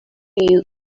you